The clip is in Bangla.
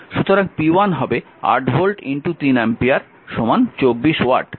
সুতরাং p1 হবে 8 ভোল্ট 3 অ্যাম্পিয়ার 24 ওয়াট